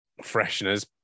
fresheners